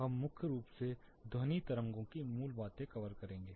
हम मुख्य रूप से ध्वनि तरंगों की मूल बातें करेंगे